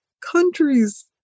countries